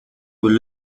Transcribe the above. with